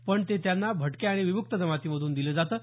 पण ते त्यांना भटके आणि विमुक्त जमातीमधून दिलं जातं